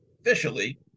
officially